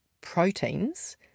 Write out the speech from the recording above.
proteins